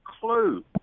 clue